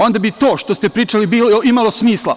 Onda bi to što ste pričali imalo smisla.